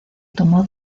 tomó